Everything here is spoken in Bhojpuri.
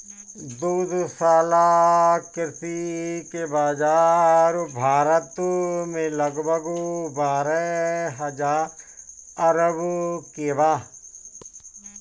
दुग्धशाला कृषि के बाजार भारत में लगभग बारह हजार अरब के बा